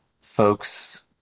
folks